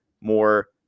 more